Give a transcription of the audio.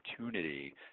opportunity